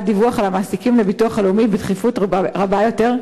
דיווח על המעסיקים לביטוח הלאומי בתכיפות רבה יותר,